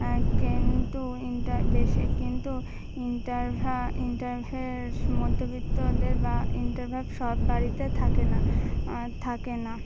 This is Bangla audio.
কিন্তু বেশি কিন্তু ইন্টারভ্যা ইনভারটার মধ্যবিত্তদের বা ইনভারটার সব বাড়িতে থাকে না থাকে না